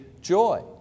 joy